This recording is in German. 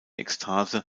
ekstase